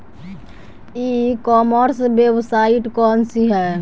ई commerce website कौन सी है?